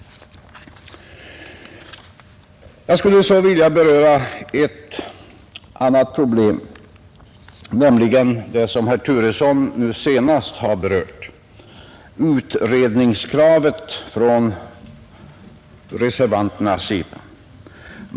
Jag skulle så vilja taga upp ett annat problem nämligen det som senast herr Turesson berört: det utredningskrav som framförs i en reservation.